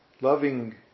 Loving